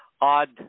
odd